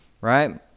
right